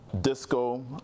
disco